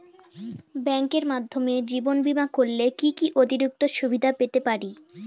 ব্যাংকের মাধ্যমে জীবন বীমা করলে কি কি অতিরিক্ত সুবিধে পেতে পারি?